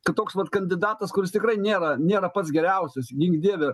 kad toks vat kandidatas kuris tikrai nėra nėra pats geriausias gink dieve